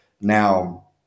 Now